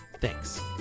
Thanks